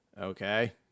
Okay